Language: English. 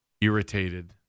irritated